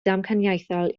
damcaniaethol